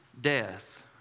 death